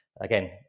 again